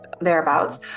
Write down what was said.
thereabouts